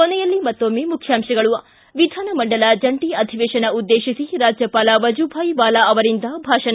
ಕೊನೆಯಲ್ಲಿ ಮತ್ತೊಮ್ನೆ ಮುಖ್ಯಾಂಶಗಳು ಿ ವಿಧಾನಮಂಡಲ ಜಂಟಿ ಅಧಿವೇಶನ ಉದ್ನೇಶಿಸಿ ರಾಜ್ಯಪಾಲ ವಜುಭಾಯ್ ವಾಲಾ ಅವರಿಂದ ಭಾಷಣ